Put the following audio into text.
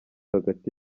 hagati